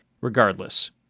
Regardless